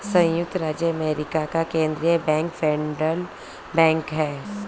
सयुक्त राज्य अमेरिका का केन्द्रीय बैंक फेडरल बैंक है